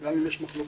גם אם יש מחלוקות,